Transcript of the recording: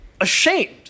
ashamed